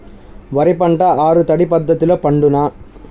వరి పంట ఆరు తడి పద్ధతిలో పండునా?